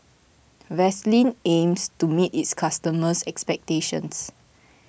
Vaselin aims to meet its customers' expectations